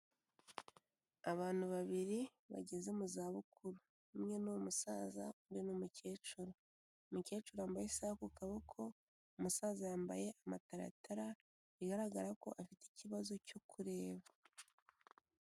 Abantu babiri bageze mu zabukuru, umwe ni umusaza undi ni umukecuru, umukecuru yambaye isa ku kaboko, umusaza yambaye amataratara bigaragara ko afite ikibazo cyo kureba.